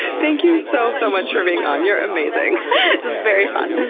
thank you so, so much for being on. you're amazing. it was very fun.